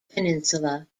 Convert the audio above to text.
peninsula